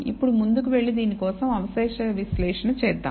ఇప్పుడు ముందుకు వెళ్లి దీని కోసం అవశేష విశ్లేషణ చేద్దాం